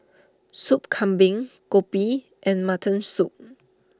Sup Kambing Kopi and Mutton Soup